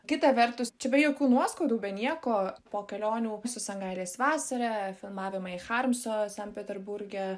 kita vertus čia be jokių nuoskaudų be nieko po kelionių su sangailės vasara filmavimai harmso sankt peterburge